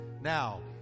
Now